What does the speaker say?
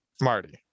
Marty